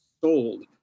sold